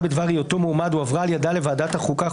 בדבר היותו מועמד הועברה על ידה לוועדת החוקה,